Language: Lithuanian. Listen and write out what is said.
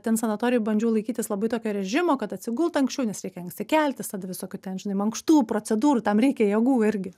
ten sanatorijoj bandžiau laikytis labai tokio režimo kad atsigult anksčiau nes reikia anksti keltis tada visokių ten žinai mankštų procedūrų tam reikia jėgų irgi